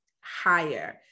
higher